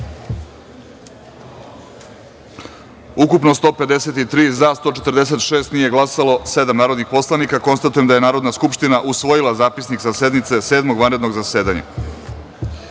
ukupno 153, za – 146, nije glasalo – sedam narodnih poslanika. Konstatujem da je Narodna skupština usvojila Zapisnik sa sednice Sedmog vanrednog zasedanja. Poštovane